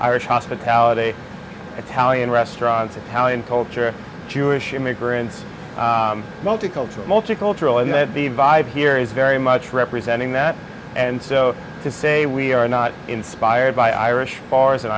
irish hospitality italian restaurants italian culture jewish immigrants multicultural multicultural and that the vibe here is very much representing that and so to say we are not inspired by irish bars an